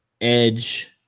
edge